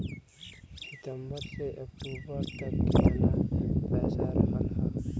सितंबर से अक्टूबर तक कितना पैसा रहल ह?